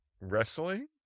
wrestling